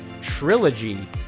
trilogy